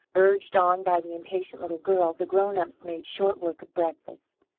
urged on by the impatient little girl, the grown-ups made short work of breakfast.